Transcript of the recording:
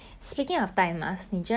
I kinda like it cause like